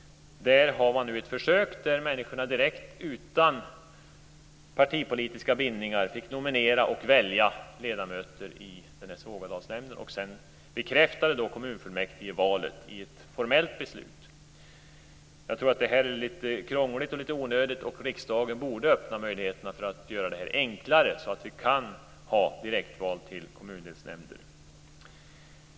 Där har man i ett försök låtit människor utan partipolitiska bindningar nominera och välja ledamöter i Svågadalsnämnden. Sedan bekräftade kommunfullmäktige valet i ett formellt beslut. Jag tror att det är onödigt krångligt. Riksdagen borde öppna möjligheten att göra det enklare så att vi kan ha direktval till kommundelsnämnder.